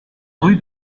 rue